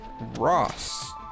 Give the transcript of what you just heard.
Ross